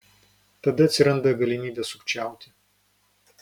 tada atsiranda galimybė sukčiauti